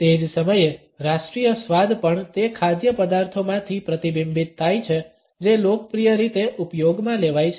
તે જ સમયે રાષ્ટ્રીય સ્વાદ પણ તે ખાદ્ય પદાર્થોમાંથી પ્રતિબિંબિત થાય છે જે લોકપ્રિય રીતે ઉપયોગમાં લેવાય છે